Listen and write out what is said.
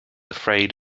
afraid